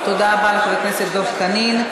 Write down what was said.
תודה רבה לחבר הכנסת דב חנין.